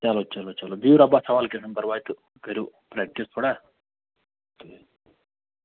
چلو چلو چلو چلو بِہِو رۅبس حوال کیٚنٛہہ چھُنہٕ پرواے تہٕ کٔرِو پریکٹِس تھوڑا